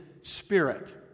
Spirit